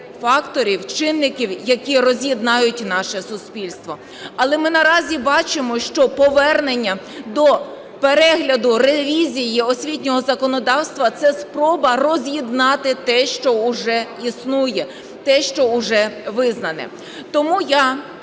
факторів, чинників, які роз'єднають наше суспільство. Але ми наразі бачимо, що повернення до перегляду, ревізії освітнього законодавства – це спроба роз'єднати те, що вже існує, те, що вже визнане.